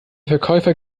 verkäufer